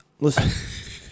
Listen